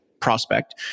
prospect